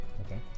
okay